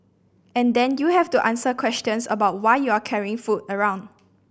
and then you have to answer questions about why you are carrying food around